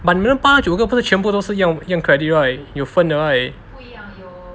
but 你们八九个不是全部都是一样 credit right 有分的 right